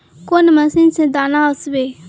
कौन मशीन से दाना ओसबे?